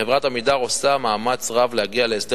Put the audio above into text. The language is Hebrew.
חברת "עמידר" עושה מאמץ רב להגיע להסדר